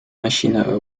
machine